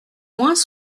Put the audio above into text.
moins